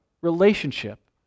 relationship